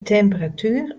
temperatuer